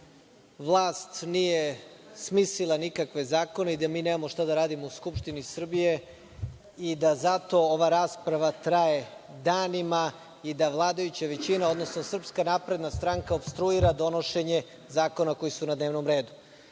da vlast nije smislila nikakve zakone i da mi nemamo šta da radimo u Skupštini Srbije i da zato ova rasprava traje danima i da vladajuća većina, odnosno SNS opstruira donošenje zakona koji su na dnevnom